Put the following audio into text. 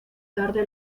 tarde